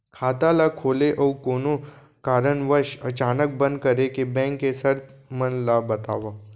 खाता ला खोले अऊ कोनो कारनवश अचानक बंद करे के, बैंक के शर्त मन ला बतावव